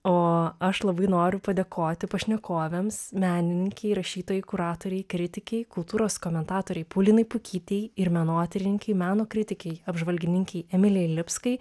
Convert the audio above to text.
o aš labai noriu padėkoti pašnekovėms menininkei rašytojai kuratorei kritikei kultūros komentatorei paulinai pukytei ir menotyrininkei meno kritikei apžvalgininkei emilijai lipskai